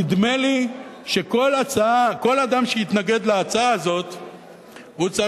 נדמה לי שכל אדם שיתנגד להצעה הזאת יצטרך